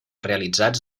realitzats